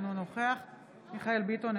אינו נוכח מיכאל ביטון,